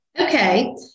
Okay